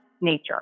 Nature